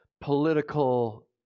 political